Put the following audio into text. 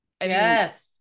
yes